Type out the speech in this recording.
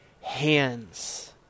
Hands